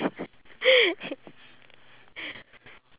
can we grow sunflowers in singapore